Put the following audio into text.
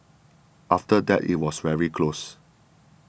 after that it was very close